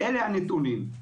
אלה הנתונים.